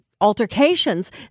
altercations